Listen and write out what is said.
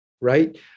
right